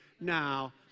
now